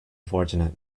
fortunate